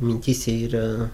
mintyse yra